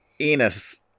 Enos